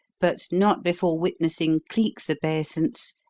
but not before witnessing cleek's obeisance,